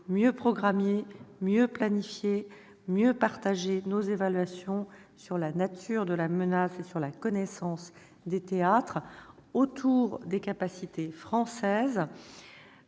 mieux programmer, mieux planifier, mieux partager nos évaluations sur la nature de la menace et sur la connaissance des théâtres autour des capacités françaises